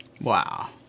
Wow